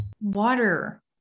water